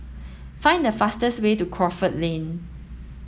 find the fastest way to Crawford Lane